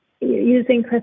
using